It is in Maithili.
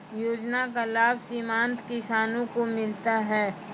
योजना का लाभ सीमांत किसानों को मिलता हैं?